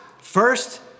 First